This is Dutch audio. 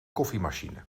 koffiemachine